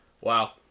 Wow